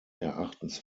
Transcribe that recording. erachtens